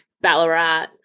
Ballarat